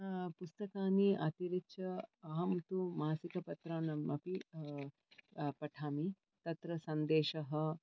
पुस्तकानि अतिरिच्य अहं तु मासिकपत्राणि अपि पठामि तत्र सन्देशः